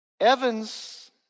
Evans